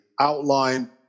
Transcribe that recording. Outline